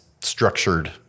structured